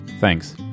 Thanks